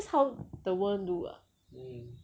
this how the world do [what]